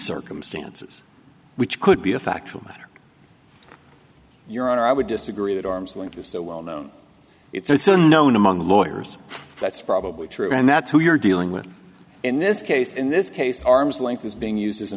circumstances which could be a factual matter your honor i would disagree that arm's length is so well known it's unknown among lawyers that's probably true and that's who you're dealing with in this case in this case arm's length is being used as a